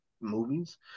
movies